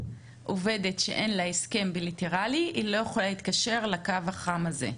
עובדת שאין לה הסכם בליטרלי לא יכולה להתקשר לקו החם הזה?